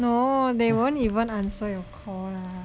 no they won't even answer your call lah